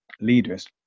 leaders